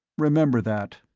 remember that.